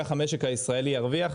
כך המשק הישראלי ירוויח,